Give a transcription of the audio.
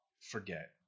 forget